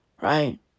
Right